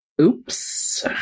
oops